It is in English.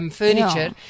furniture